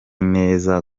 neza